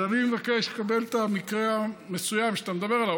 אז אני מבקש לקבל את המקרה המסוים שאתה מדבר עליו,